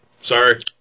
Sorry